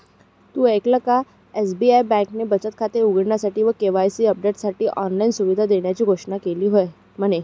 तु ऐकल का? एस.बी.आई बँकेने बचत खाते उघडण्यासाठी व के.वाई.सी अपडेटसाठी ऑनलाइन सुविधा देण्याची घोषणा केली म्हने